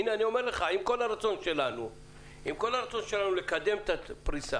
הינה, אני אומר לך, עם הרצון שלנו לקדם את הפריסה,